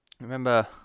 remember